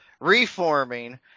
reforming